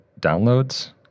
downloads